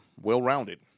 well-rounded